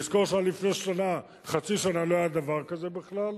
לזכור שעד לפני חצי שנה לא היה דבר כזה בכלל,